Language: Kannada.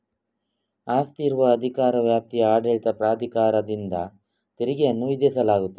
ಆಸ್ತಿ ಇರುವ ಅಧಿಕಾರ ವ್ಯಾಪ್ತಿಯ ಆಡಳಿತ ಪ್ರಾಧಿಕಾರದಿಂದ ತೆರಿಗೆಯನ್ನು ವಿಧಿಸಲಾಗುತ್ತದೆ